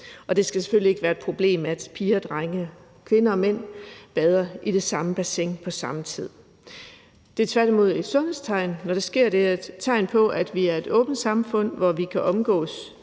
og det skal selvfølgelig ikke være et problem, at piger og drenge og kvinder og mænd bader i det samme bassin på samme tid. Det er tværtimod et sundhedstegn, og når det sker, er det et tegn på, at vi er et åbent samfund, hvor vi kan omgås